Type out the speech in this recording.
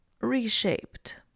reshaped